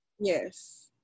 Yes